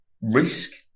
risk